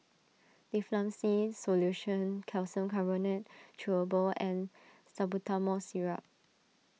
Difflam C Solution Calcium Carbonate Chewable and Salbutamol Syrup